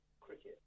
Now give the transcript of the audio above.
Cricket